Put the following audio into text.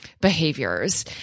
behaviors